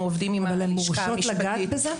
מורשות לגעת בזה?